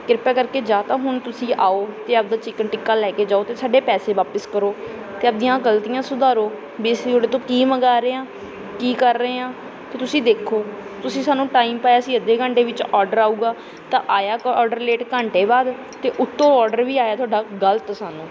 ਕ੍ਰਿਪਾ ਕਰਕੇ ਜਾਂ ਤਾਂ ਹੁਣ ਤੁਸੀਂ ਆਓ ਅਤੇ ਆਪਣਾ ਚਿਕਨ ਟਿੱਕਾ ਲੈ ਕੇ ਜਾਓ ਅਤੇ ਸਾਡੇ ਪੈਸੇ ਵਾਪਿਸ ਕਰੋ ਅਤੇ ਆਪਣੀਆਂ ਗਲਤੀਆਂ ਸੁਧਾਰੋ ਵੀ ਅਸੀਂ ਤੁਹਾਡੇ ਤੋਂ ਕੀ ਮੰਗਵਾ ਰਹੇ ਹਾਂ ਕੀ ਕਰ ਰਹੇ ਹਾਂ ਅਤੇ ਤੁਸੀਂ ਦੇਖੋ ਤੁਸੀਂ ਸਾਨੂੰ ਟਾਇਮ ਪਾਇਆ ਸੀ ਅੱਧੇ ਘੰਟੇ ਵਿੱਚ ਓਡਰ ਆਊਗਾ ਤਾਂ ਆਇਆ ਕ ਓਡਰ ਲੇਟ ਘੰਟੇ ਬਾਅਦ ਅਤੇ ਉੱਤੋਂ ਓਡਰ ਵੀ ਆਇਆ ਤੁਹਾਡਾ ਗਲਤ ਸਾਨੂੰ